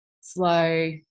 slow